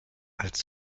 als